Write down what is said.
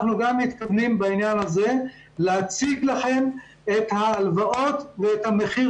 אנחנו מתכוונים להציג שם את ההלוואות ואת המחיר